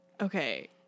Okay